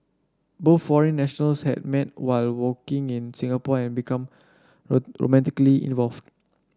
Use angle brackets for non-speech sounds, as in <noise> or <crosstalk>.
both foreign nationals had met while working in Singapore and become <unintelligible> romantically involved